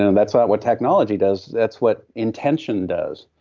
and that's not what technology does, that's what intention does,